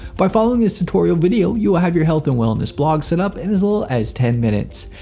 by following this tutorial video, you will have your health and wellness blog set up in as little as ten minutes.